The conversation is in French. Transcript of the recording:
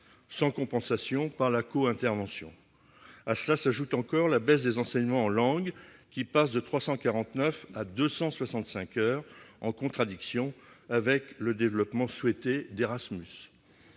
sans compensation par la co-intervention. À cela s'ajoute encore la baisse des enseignements en langues, qui passent de 349 heures à 265 heures, en contradiction avec le souhait de développer Erasmus.